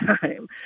time